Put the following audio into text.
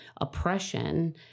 oppression